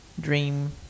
dream